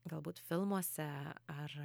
galbūt filmuose ar